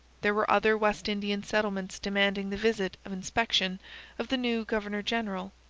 there were other west indian settlements demanding the visit of inspection of the new governor-general,